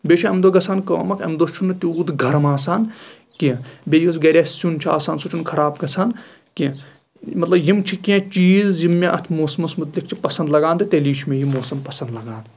بیٚیہِ چھِ اَمہِ دۄہ گژھان کٲم اکھ اَمہِ دۄہ چھُ نہٕ تیوٗت گرم آسان کیٚنٛہہ بیٚیہِ یُس گرِ اسہِ سیُن چھُ آسان سُہ چھُ نہٕ خراب گژھان کیٚنٛہہ مطلب یِم چھِ کیٚنٛہہ چیٖز یِم مےٚ اَتھ موسمَس مُتلِق چھِ پسنٛد لگان تہٕ تیلی چھُ مےٚ یہِ موسم پسنٛد لگان